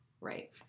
right